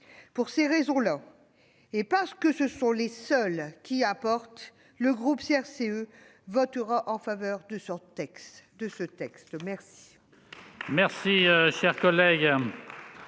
Pour cette raison, et parce que c'est la seule qui importe, le groupe CRCE votera en faveur de ce texte. Madame